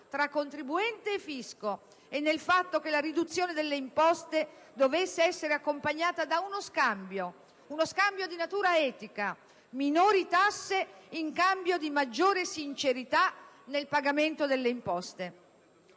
fra contribuente e fisco, e nel fatto che la riduzione delle imposte dovesse essere accompagnata da uno scambio di natura etica: minori tasse in cambio di maggiore sincerità nel pagamento delle imposte.